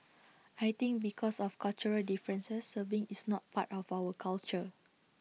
I think because of cultural differences serving is not part of our culture